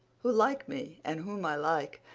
who like me and whom i like,